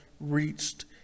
reached